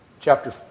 chapter